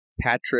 Patrick